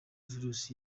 virus